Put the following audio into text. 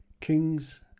kings